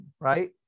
right